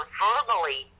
verbally